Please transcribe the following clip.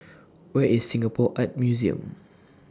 Where IS Singapore Art Museum